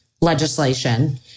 legislation